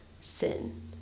sin